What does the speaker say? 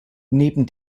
neben